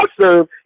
serve